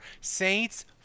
Saints